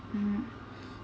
mm